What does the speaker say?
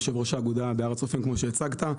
יושב ראש האגודה בהר הצופים, כמו שהצגת.